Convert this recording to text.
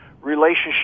relationship